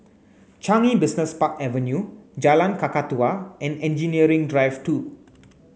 Changi Business Park Avenue Jalan Kakatua and Engineering Drive two